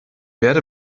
werde